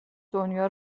دنیا